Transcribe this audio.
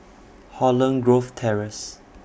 Holland Grove Terrace